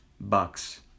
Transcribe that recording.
bucks